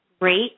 great